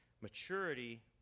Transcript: Maturity